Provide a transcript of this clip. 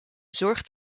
zorgt